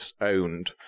owned